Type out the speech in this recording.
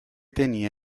tenía